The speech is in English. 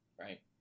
right